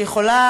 שיכולה,